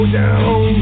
down